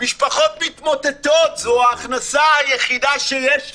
משפחות מתמוטטות, זאת ההכנסה היחידה שיש להן.